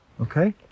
Okay